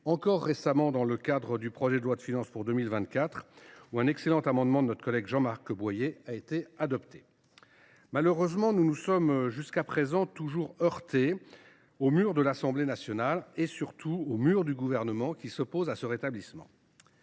encore récemment lors de l’examen du projet de loi de finances pour 2024, à l’occasion duquel un excellent amendement de notre collègue Jean Marc Boyer a été adopté. Malheureusement, nous nous sommes jusqu’à présent toujours heurtés au mur de l’Assemblée nationale et, surtout, au mur du Gouvernement, lesquels s’opposent à ce rétablissement.